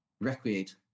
recreate